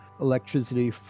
electricity